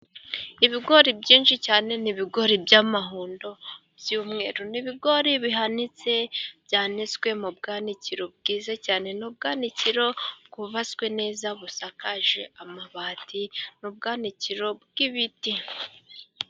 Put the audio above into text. Ibigori byinshi cyane, ni ibigori by'amahundo by'umweru, ni ibigori bihanitse, byanitswe mu bwanikiro bwiza cyane, ni ubwanwanikiro bwubatswe neza, busakaje amabati, ni bwanikiro bw'ibiti.